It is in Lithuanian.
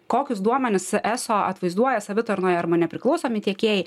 kokius duomenis eso atvaizduoja savitarnoje arba nepriklausomi tiekėjai